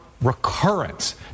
recurrence